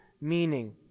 meaning